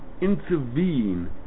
intervene